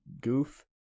goof